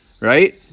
right